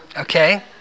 Okay